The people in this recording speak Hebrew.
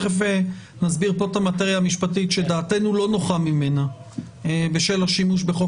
מיד נסביר פה את המטריה המשפטית שדעתנו לא נוחה ממנה בשל השימוש בחוק